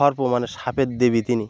সর্প মানে সাপের দেবী তিনি